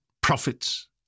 profits